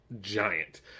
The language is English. giant